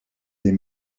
des